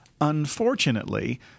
Unfortunately